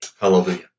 Hallelujah